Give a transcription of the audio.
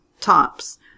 tops